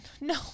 No